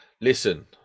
listen